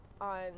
on